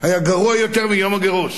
גרוע יותר מביום הגירוש.